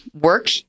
work